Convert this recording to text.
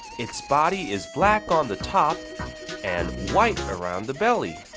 its body is black on the top and white around the belly!